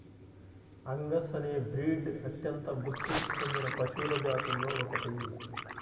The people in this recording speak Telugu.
అంగస్ అనే బ్రీడ్ అత్యంత గుర్తింపు పొందిన పశువుల జాతులలో ఒకటి